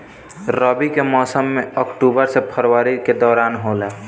रबी के मौसम अक्टूबर से फरवरी के दौरान होला